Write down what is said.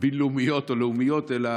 בין-לאומיות או לאומיות אלא